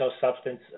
substance